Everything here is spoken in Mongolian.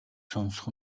сонсох